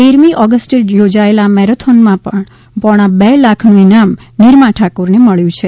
તેરમી ઓગસ્ટે યોજાયેલ આ મેરેથોન માં પોણા બે લાખનું ઈનામ નિરમા ઠાકોર ને મળ્યું છે